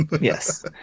yes